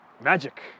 Magic